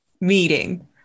meeting